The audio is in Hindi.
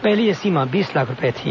पहले यह सीमा बीस लाख रूपये थी